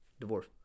Divorce